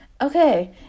okay